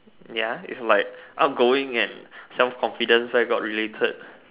ya it's like outgoing and self confidence where got related